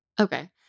Okay